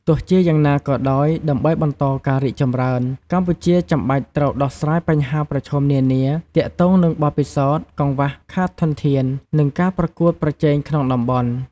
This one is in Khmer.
ទោះជាយ៉ាងណាក៏ដោយ ដើម្បីបន្តការរីកចម្រើន កម្ពុជាចាំបាច់ត្រូវដោះស្រាយបញ្ហាប្រឈមនានា ទាក់ទងនឹងបទពិសោធន៍ កង្វះខាតធនធាន និងការប្រកួតប្រជែងក្នុងតំបន់។